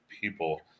people